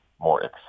more